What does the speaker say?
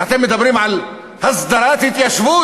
ואתם מדברים על הסדרת התיישבות?